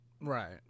Right